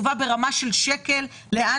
טוען כלפיי למה